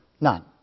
None